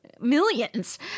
Millions